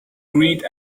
green